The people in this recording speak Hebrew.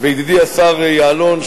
וידידי השר יעלון,